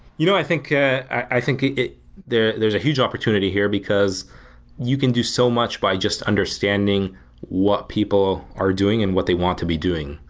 you know i think ah i think there's a huge opportunity here because you can do so much by just understanding what people are doing and what they want to be doing,